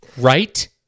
Right